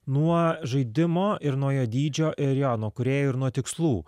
nuo žaidimo ir nuo jo dydžio ir jo nuo kūrėjų ir nuo tikslų